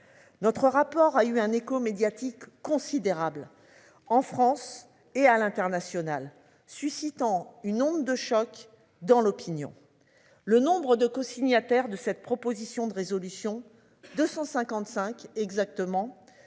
Notre rapport a eu un écho médiatique considérable en France et à l'international, suscitant une onde de choc dans l'opinion. Le nombre de co-, signataire de cette proposition de résolution 255 exactement